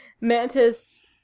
Mantis